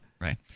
Right